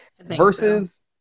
versus